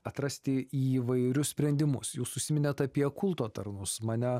atrasti įvairius sprendimus jūs užsiminėt apie kulto tarnus mane